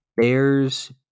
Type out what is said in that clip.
Bears